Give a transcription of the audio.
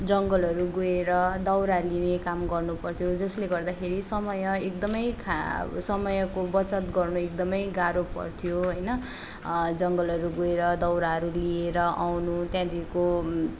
जङगलहरू गएर दाउरा लिने काम गर्नुपर्थ्यो जसले गर्दाखेरि समय एकदमै समयको बचत गर्नु एकदमै गाह्रो पर्थ्यो होइन जङ्गलहरू गएर दाउराहरू लिएर आउनु त्यहाँदेखिको